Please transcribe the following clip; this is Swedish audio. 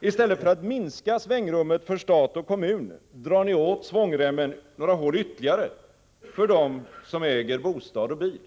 I stället för att minska svängrummet för stat och kommun drar ni åt svångremmen några hål ytterligare för dem som äger bostad och bil.